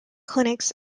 clinics